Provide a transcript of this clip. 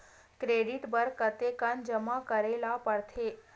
Credit बर कतेकन जमा करे ल पड़थे?